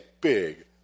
big